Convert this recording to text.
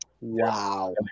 Wow